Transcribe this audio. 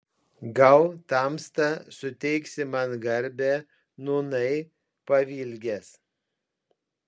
gal tamsta suteiksi man garbę nūnai pavilgęs